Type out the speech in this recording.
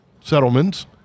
settlements